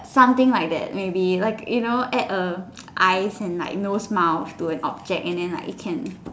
something like that maybe like you know add a eyes and like no smiles to an object and then like it can